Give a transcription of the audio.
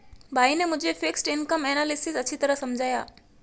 भाई ने मुझे फिक्स्ड इनकम एनालिसिस अच्छी तरह समझाया